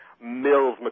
Mills